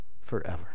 forever